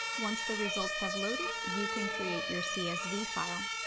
once the results have loaded, you can create your csv file.